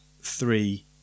three